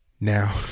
Now